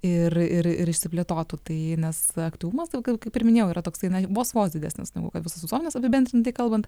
ir ir ir ir išsiplėtotų tai nes aktyvumas daugiau kaip ir minėjau yra toks na vos vos didesnis negu kad visos visuomenės apibendrintai kalbant